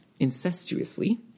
incestuously